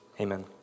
Amen